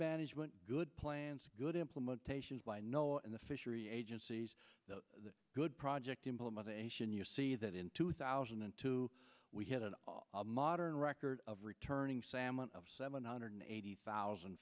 management good plans good implementation by no and the fishery agencies the good project implementation you see that in two thousand and two we had an modern record of returning salmon of seven hundred eighty thousand